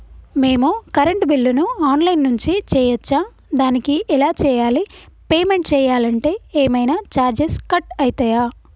మేము కరెంటు బిల్లును online నుంచి చేయచ్చా? దానికి ఎలా చేయాలి? పేమెంట్ చేయాలంటే ఏమైనా చార్జెస్ కట్ అయితయా?